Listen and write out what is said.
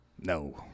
No